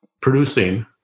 producing